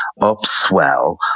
upswell